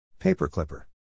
Paperclipper